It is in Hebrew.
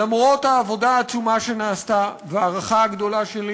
למרות העבודה העצומה שנעשתה וההערכה הגדולה שלי